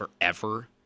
forever